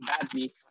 Badly